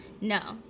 no